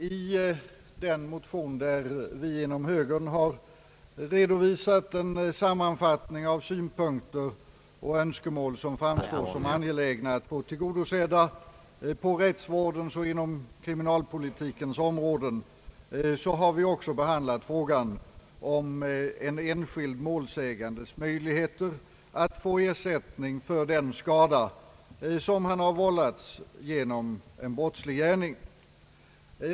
I den motion, i vilken vi från högerpartiet har redovisat en sammanfattning av synpunkter och önskemål som framstår som angelägna att få tillgodosedda på rättsvårdens och kriminalpolitikens områden, har vi också behandlat frågan om enskild målsägandes möjligheter att få ersättning för skada som han vållats genom brottslig gärning.